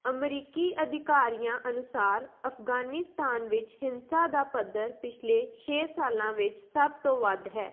ਅਮਰੀਕੀ ਅਧਿਕਾਰੀਆਂ ਅਨੁਸਾਰ ਅਫ਼ਗ਼ਾਨਿਸਤਾਨ ਵਿੱਚ ਹਿੰਸਾ ਦਾ ਪੱਧਰ ਪਿਛਲੇ ਛੇ ਸਾਲਾਂ ਵਿੱਚ ਸਭ ਤੋਂ ਵੱਧ ਹੈ